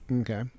Okay